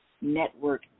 network